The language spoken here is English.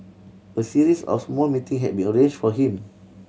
a series of small meeting had been arranged for him